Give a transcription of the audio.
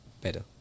better